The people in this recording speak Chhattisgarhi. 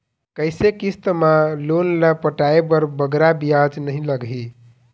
कइसे किस्त मा लोन ला पटाए बर बगरा ब्याज नहीं लगही?